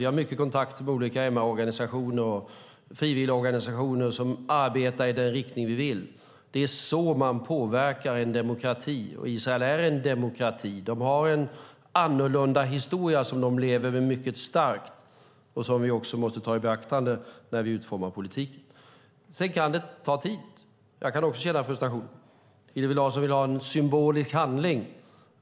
Vi har mycket kontakter med olika MR-organisationer och frivilligorganisationer som arbetar i den riktning vi vill. Det är så man påverkar en demokrati. Israel är en demokrati. De har en annorlunda historia som de lever med mycket starkt och som vi också måste ta i beaktande när vi utformar politiken. Sedan kan det ta tid. Jag kan också känna frustration. Hillevi Larsson vill ha en symbolisk handling.